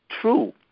true